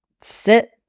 sit